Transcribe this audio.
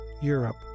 Europe